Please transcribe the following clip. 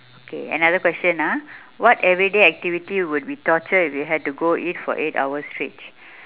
okay another question ah what everyday activity would be torture if you had to go it for eight hours straight